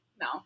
No